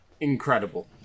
incredible